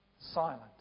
silent